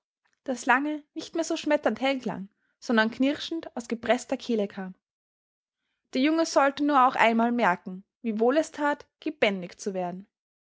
das lange nicht mehr so schmetternd hell klang sondern knirschend aus gepreßter kehle kam der junge sollte nur auch einmal merken wie wohl es tat gebändigt zu werden